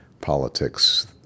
politics